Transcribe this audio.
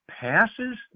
passes